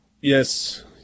yes